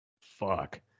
fuck